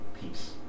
peace